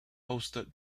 hosted